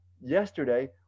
yesterday